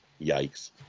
Yikes